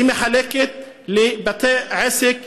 היא מחלקת לבתי עסק,